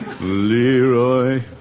Leroy